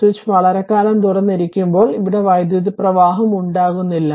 switch വളരെക്കാലം തുറന്നിരിക്കുമ്പോൾ ഇവിടെ വൈദ്യുതപ്രവാഹം ഉണ്ടാകുന്നില്ല